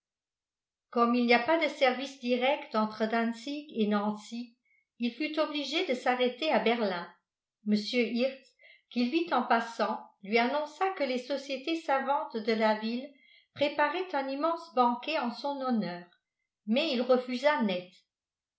comme il n'y a pas de service direct entre dantzig et nancy il fut obligé de s'arrêter à berlin mr hirtz qu'il vit en passant lui annonça que les sociétés savantes de la ville préparaient un immense banquet en son honneur mais il refusa net